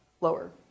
lower